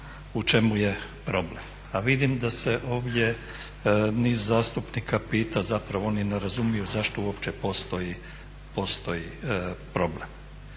u čemu je problem a vidim da se ovdje niz zastupnika pita, zapravo oni ne razumiju zašto uopće postoji problem.